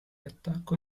attacco